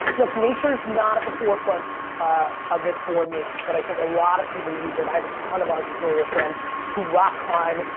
look, nature is not at the forefront ah of it for me but i think a lot of people use it. i have a ton of entrepreneurial friends who rock climb,